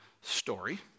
story